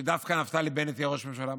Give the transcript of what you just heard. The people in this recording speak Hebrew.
שדווקא נפתלי בנט יהיה ראש ממשלה,